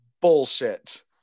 bullshit